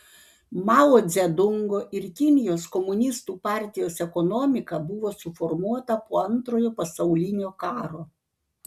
mao dzedungo ir kinijos komunistų partijos ekonomika buvo suformuota po antrojo pasaulinio karo